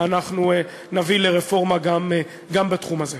אנחנו נביא לרפורמה גם בתחום הזה.